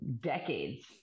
decades